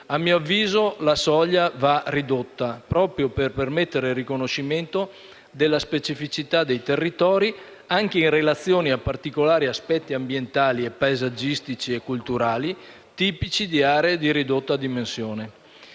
A mio avviso, la soglia va ridotta proprio per permettere il riconoscimento della specificità dei territori, anche in relazione a particolari aspetti ambientali, paesaggistici e culturali tipici di aree di ridotta dimensione.